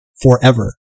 forever